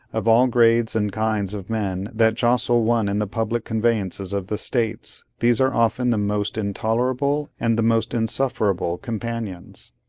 of all grades and kinds of men that jostle one in the public conveyances of the states, these are often the most intolerable and the most insufferable companions.